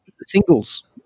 Singles